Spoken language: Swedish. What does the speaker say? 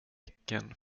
tecken